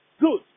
Good